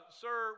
sir